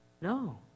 No